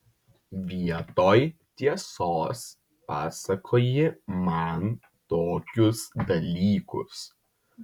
vietoj tiesos pasakoji man tokius dalykus